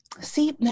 See